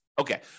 Okay